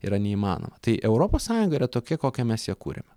yra neįmanoma tai europos sąjunga yra tokia kokią mes ją kuriame